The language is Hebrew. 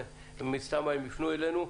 מן הסתם הם יפנו אלינו.